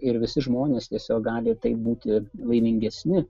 ir visi žmonės tiesiog gali taip būti laimingesni